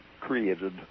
created